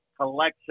collection